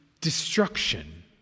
destruction